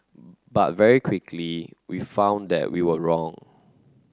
but very quickly we found that we were wrong